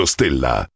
Stella